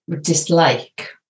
dislike